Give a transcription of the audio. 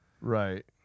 Right